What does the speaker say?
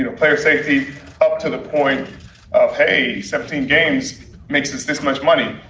you know player safety up to the point of, hey, seventeen games makes this this much money.